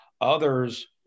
Others